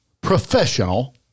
professional